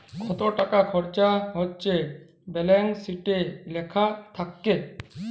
কত টাকা খরচা হচ্যে ব্যালান্স শিটে লেখা থাক্যে